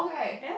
ye